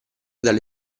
dalle